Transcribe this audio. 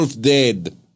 dead